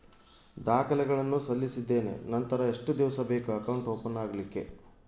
ದಾಖಲೆಗಳನ್ನು ಸಲ್ಲಿಸಿದ್ದೇನೆ ನಂತರ ಎಷ್ಟು ದಿವಸ ಬೇಕು ಅಕೌಂಟ್ ಓಪನ್ ಆಗಲಿಕ್ಕೆ?